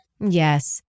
Yes